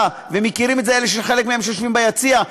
ומכירים את זה חלק מאלה שיושבים ביציע,